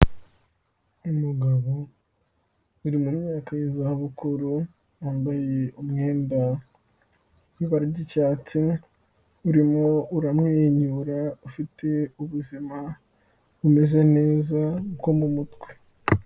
Umugabo uri mu myaka y'izabukuru wambaye umwenda w'ibara ry'icyatsi, urimo uramwenyura ufite ubuzima bumeze neza bwo mu mutwe.